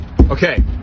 Okay